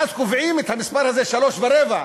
ואז קובעים את המספר הזה, 3.25,